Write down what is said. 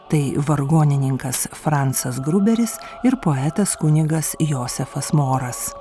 tai vargonininkas francas gruberis ir poetas kunigas josefas moras